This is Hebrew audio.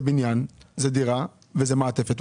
זה בניין, זו דירה וזו מעטפת.